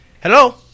Hello